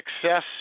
success